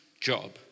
job